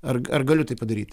ar ar galiu tai padaryti